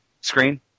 screen